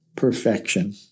perfection